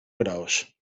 graus